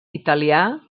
italià